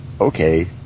okay